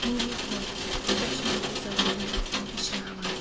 ہِندی کھۄتہٕ کَشمیٖری زبانٕے ہیٚچھناوان